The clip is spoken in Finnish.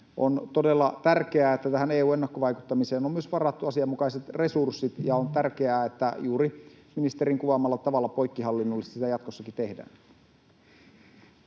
On todella tärkeää, että tähän EU-ennakkovaikuttamiseen on myös varattu asianmukaiset resurssit, ja on tärkeää, että juuri ministerin kuvaamalla tavalla poikkihallinnollisesti sitä jatkossakin tehdään.